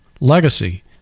Legacy